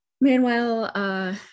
Meanwhile